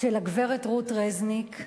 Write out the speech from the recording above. של הגברת רות רזניק.